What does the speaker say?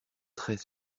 très